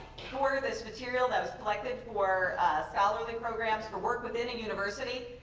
for this material that was collected for scholarly programs, for work within a university,